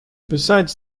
besides